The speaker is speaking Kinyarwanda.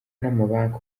n’amabanki